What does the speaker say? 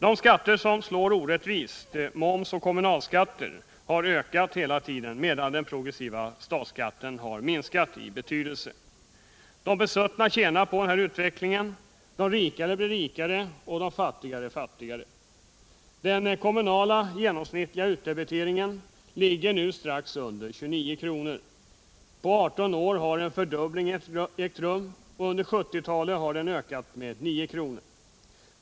De skatter som slår orättvist - moms och kommunalskatter — har ökat hela tiden medan den progressiva statsskatten har minskat i betydelse. De besuttna tjänar på denna utveckling. De rika blir rikare och de fattiga fattigare. Den genomsnittliga kommunala utdebiteringen ligger nu strax under 29 kr. På 18 år har en fördubbling ägt rum, och under 1970-talet har debiteringen ökat med 9 kr.